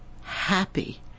happy